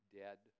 dead